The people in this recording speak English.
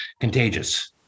contagious